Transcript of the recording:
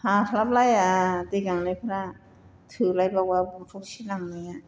हास्लाबलाया दै गांनायफोरा थोलायबावआ बथलसे लांनाया